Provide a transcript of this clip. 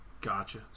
Gotcha